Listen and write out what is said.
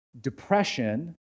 depression